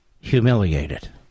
humiliated